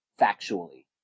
factually